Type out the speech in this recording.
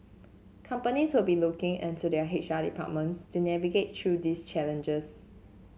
companies will be looking and to their H R departments to navigate through these challenges